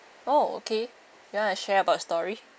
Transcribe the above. oh okay you want to share about story